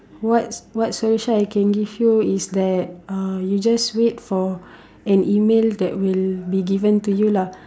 what's what solution I can give you is that uh you just wait for an email that will be given to you lah